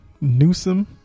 Newsom